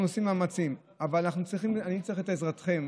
אנחנו עושים מאמצים, אבל אני צריך את עזרתכם.